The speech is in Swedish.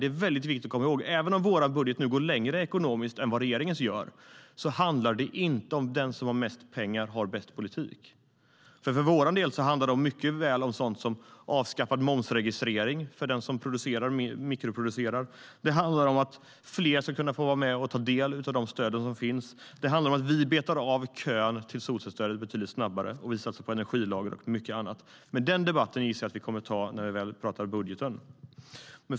Det är viktigt att komma ihåg att det inte handlar om att den som har mest pengar också har bäst politik, även om vår budget går längre ekonomiskt än regeringens. För vår del handlar det om sådant som avskaffad momsregistrering för den som mikroproducerar. Det handlar om att fler ska kunna vara med och ta del av de stöd som finns, att vi betar av kön till solcellsstödet betydligt snabbare, att vi satsar på energilager och mycket annat. Men jag gissar att vi kommer att ta den debatten när vi ska tala om budgeten.